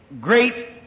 great